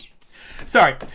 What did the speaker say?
Sorry